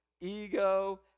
ego